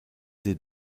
des